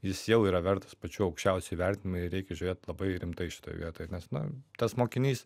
jis jau yra vertas pačių aukščiausių įvertinimų ir reikia žiūrėt labai rimtai šitoj vietoj nes na tas mokinys